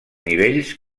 nivells